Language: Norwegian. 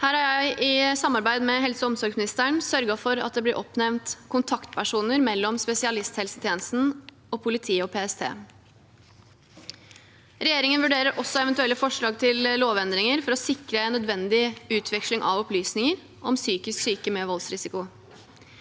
Jeg har i samarbeid med helse- og omsorgsministeren sørget for at det blir oppnevnt kontaktpersoner mellom spesialisthelsetjenesten og politiet og PST. Regjeringen vurderer også eventuelle forslag til lovendringer for å sikre nødvendig utveksling av opplysninger om psykisk syke med voldsrisiko.